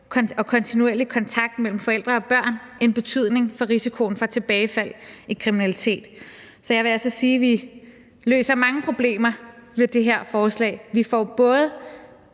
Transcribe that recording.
og kontinuerlig kontakt mellem forældre og børn en betydning i forhold til risikoen for tilbagefald til kriminalitet. Så jeg vil altså sige, at vi løser mange problemer med det her forslag – vi giver både